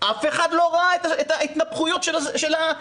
אף אחד לא ראה את ההתנפחות של המתכת?